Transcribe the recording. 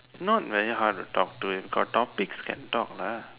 not very hard to talk to if got topics can talk lah